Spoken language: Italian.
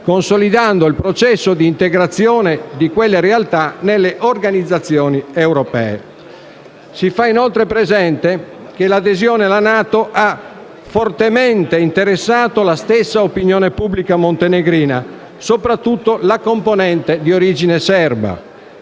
consolidando il processo di integrazione di quelle realtà nelle organizzazioni europee. Si fa inoltre presente che l'adesione alla NATO ha fortemente interessato la stessa opinione pubblica montenegrina, soprattutto la componente di origine serba.